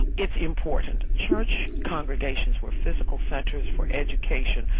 it's important. church congregations were physical centres for education,